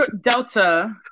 Delta